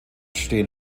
stehen